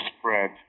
spread